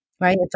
right